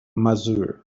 mazur